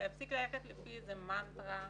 להפסיק ללכת לפי איזה מנטרה,